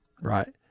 right